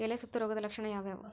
ಎಲೆ ಸುತ್ತು ರೋಗದ ಲಕ್ಷಣ ಯಾವ್ಯಾವ್?